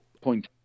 point